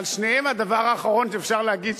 על שניהם הדבר האחרון שאפשר להגיד,